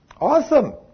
Awesome